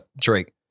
Drake